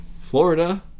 Florida